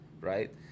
right